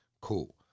Cool